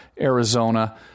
Arizona